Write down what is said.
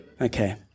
Okay